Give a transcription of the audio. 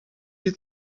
you